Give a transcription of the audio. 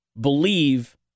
believe